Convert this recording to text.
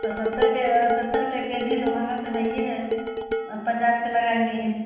तो सत्तर के सत्तर रुपये के जी है तो महंगा तो है ही है पचास के लगाइए यह